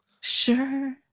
sure